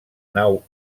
nau